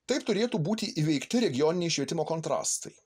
taip turėtų būti įveikti regioniniai švietimo kontrastai